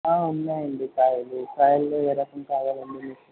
ఉన్నాయి అండి కాయలు కాయలలో ఏ రకం కావాలండి మీకు